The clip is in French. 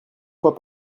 fois